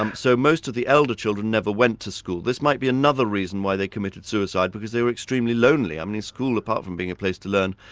um so most of the elder children never went to school. this might be another reason why they committed suicide, because they were extremely lonely. i mean school, apart from being a place to learn,